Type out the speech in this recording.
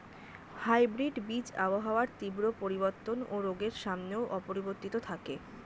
hybrid বীজ আবহাওয়ার তীব্র পরিবর্তন ও রোগের সামনেও অপরিবর্তিত থাকে